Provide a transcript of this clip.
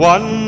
One